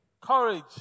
Courage